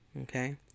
Okay